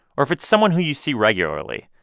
or if it's someone who you see regularly,